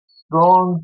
strong